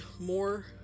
more